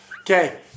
Okay